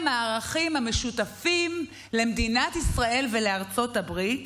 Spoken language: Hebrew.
הערכים המשותפים למדינת ישראל ולארצות הברית